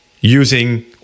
using